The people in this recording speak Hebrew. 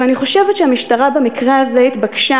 אבל אני חושבת שהמשטרה במקרה הזה התבקשה,